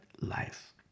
life